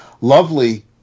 lovely